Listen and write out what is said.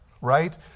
Right